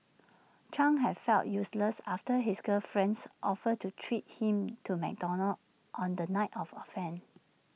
chang had felt useless after his girlfriend's offer to treat him to McDonald's on the night of offence